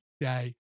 day